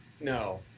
No